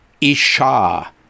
isha